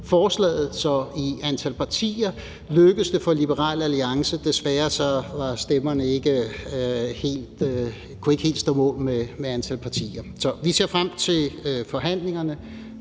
forhold til antal partier lykkes det for Liberal Alliance, men desværre kan stemmerne ikke helt stå mål med antallet af partier. Så vi ser frem til forhandlingerne